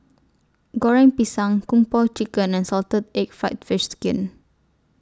Goreng Pisang Kung Po Chicken and Salted Egg Fried Fish Skin